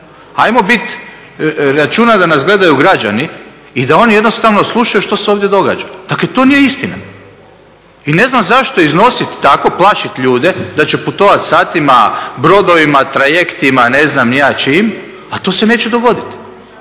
Ajmo biti, računati da nas gledaju građani i da oni jednostavno slušaju što se ovdje događa. Dakle, to nije istina. I ne znam zašto iznositi tako, plašiti ljude da će putovati satima brodovima, trajektima, ne znam ni ja čim a to se neće dogoditi.